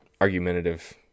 argumentative